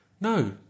no